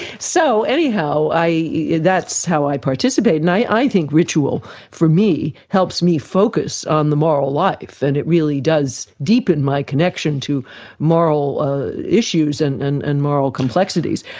so, anyhow, yeah that's how i participate and i think ritual for me helps me focus on the moral life and it really does deepen my connection to moral issues and and and moral complexities.